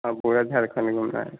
हाँ पूरा झारखंड घूमना है सर